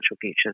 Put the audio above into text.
future